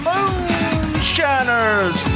Moonshiners